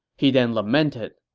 he then lamented,